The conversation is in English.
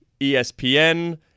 ESPN